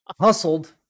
hustled